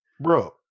bro